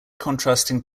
contrasting